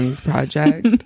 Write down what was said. project